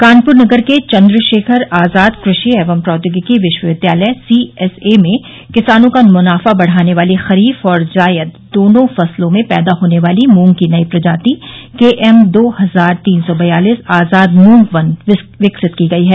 कानपुर नगर के चंद्रशेखर आजाद कृषि एवं प्रौद्योगिकी विश्वविद्यालय सीएसए में किसानों का मुनाफा बढ़ाने वाली खरीफ और जायद दोनो फसलों में पैदा होने वाली मूंग की नई प्रजाति केएम दो हजार तीन सौ बयालिस आजाद मूंग वन विकसित की गयी है